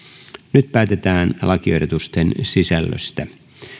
nyt päätetään lakiehdotusten sisällöstä